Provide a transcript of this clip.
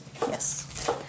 Yes